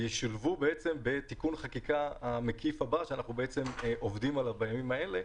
הם ישולבו בתיקון החקיקה המקיף הבא שאנחנו עובדים עליו בימים אלה.